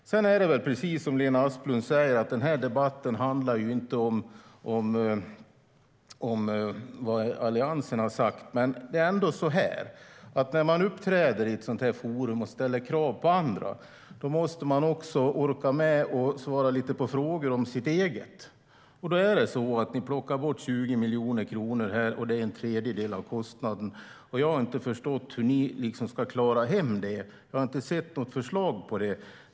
Sedan är det väl så, precis som Lena Asplund säger, att den här debatten inte handlar om vad Alliansen har sagt. Men när man uppträder i ett sådant här forum och ställer krav på andra måste man också orka med att svara på lite frågor om sitt eget. Ni plockar bort 20 miljoner kronor här, och det är en tredjedel av kostnaden. Jag har inte förstått hur ni liksom ska klara hem det. Jag har inte sett något förslag på det.